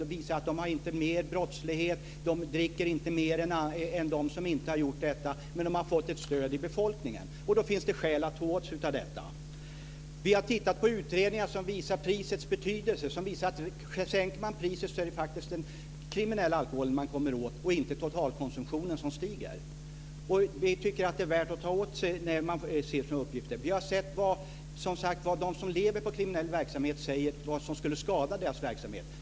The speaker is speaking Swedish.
Det visar sig att man inte har mer brottslighet, att man inte dricker mer än i länder som inte har gjort detta. Men man har fått ett stöd i befolkningen, och då finns det skäl att ta åt sig av det. Vi har tittat på utredningar som visar prisets betydelse, utredningar som visar att sänker man priset är det den kriminella alkoholen man kommer åt, inte totalkonsumtionen. Den stiger inte. Vi tycker att det är värt att ta åt sig när man ser sådana uppgifter. Vi har som sagt var sett vad de som lever på kriminell verksamhet säger skulle skada deras verksamhet.